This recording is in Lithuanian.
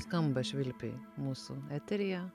skamba švilpiai mūsų eteryje